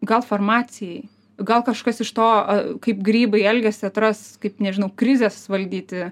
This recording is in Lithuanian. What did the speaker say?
gal farmacijai gal kažkas iš to kaip grybai elgiasi atras kaip nežinau krizes valdyti